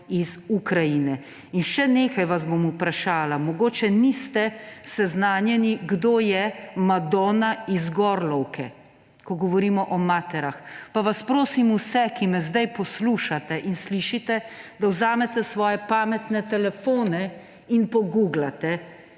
iz Ukrajine? Še nekaj vas bom vprašala. Mogoče niste seznanjeni, kdo je Madona iz Gorlovke, ko govorimo o materah. Pa vas prosim vse, ki me zdaj poslušate in slišite, da vzamete svoje pametne telefone in poguglate